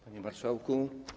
Panie Marszałku!